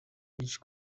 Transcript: byinshi